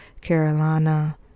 Carolina